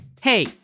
Hey